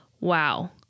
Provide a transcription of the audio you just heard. wow